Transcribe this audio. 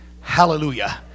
Hallelujah